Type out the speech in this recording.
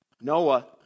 Noah